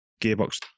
gearbox